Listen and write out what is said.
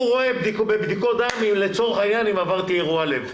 הוא רואה בבדיקות דם לצורך העניין אם עברתי אירוע לב.